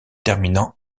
terminant